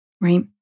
right